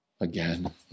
again